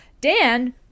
Dan